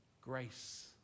grace